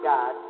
God